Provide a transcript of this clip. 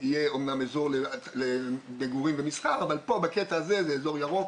יהיה אמנם לאזור מגורים ומסחר אבל פה בקטע הזה זה אזור ירוק